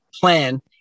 plan